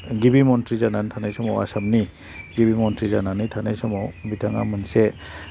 गिबि मन्थ्रि जानानै थानाय समाव आसामनि गिबि मन्थ्रि जानानै थानाय समाव बिथाङा मोनसे